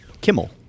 Kimmel